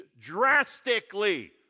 drastically